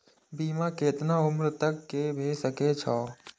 बीमा केतना उम्र तक के भे सके छै?